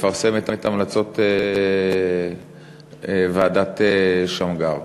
לפרסם את המלצות ועדת שמגר.